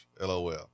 LOL